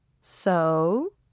So